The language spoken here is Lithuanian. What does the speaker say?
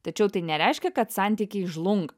tačiau tai nereiškia kad santykiai žlunga